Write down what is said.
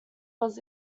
was